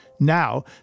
Now